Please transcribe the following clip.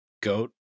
goat